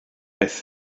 beth